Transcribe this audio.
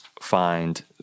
find